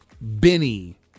Benny